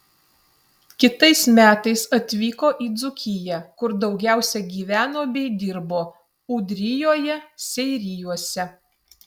kitais metais atvyko į dzūkiją kur daugiausiai gyveno bei dirbo ūdrijoje seirijuose